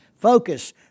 Focus